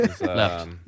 Left